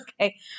okay